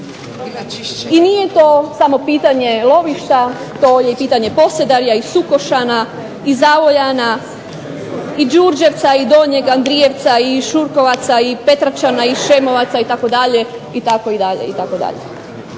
i nije to samo pitanje lovišta, to je pitanje Posedarja i Sukošana i Zavojana i Đurđevca i Donjeg Andrijevaca i Šurkovaca i Petrčana i Šemovaca itd.,